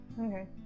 Okay